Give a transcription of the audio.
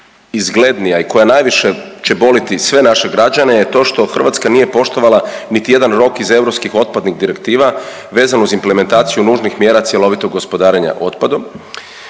najizglednija i koja će najviše boliti sve naše građane je to što Hrvatska nije poštovala niti jedan rok iz europskih otpadnih direktiva vezno uz implementaciju nužnih mjera cjelovitog gospodarenja otpadom.